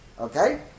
Okay